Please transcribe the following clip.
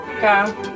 Go